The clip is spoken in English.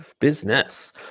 Business